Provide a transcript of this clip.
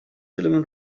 element